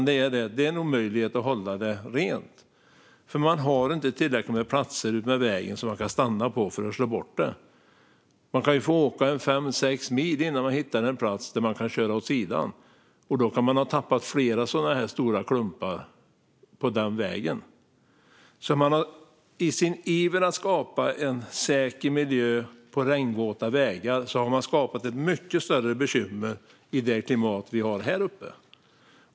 Det är omöjligt att hålla det rent. Det finns inte tillräckligt med platser utmed vägen att stanna på för att slå bort det. Man kan få åka fem sex mil innan man hittar en plats där man kan köra åt sidan. Då kan man ha tappat flera sådana stora klumpar på vägen. I sin iver att skapa en säker miljö på regnvåta vägar har man alltså skapat ett mycket större bekymmer i det klimat som vi har häruppe.